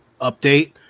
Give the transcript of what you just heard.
update